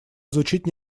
изучить